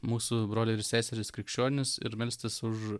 mūsų broliai ir seserys krikščionys ir melstis už